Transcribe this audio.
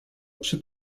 przy